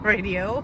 Radio